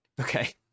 Okay